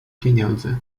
pieniędzy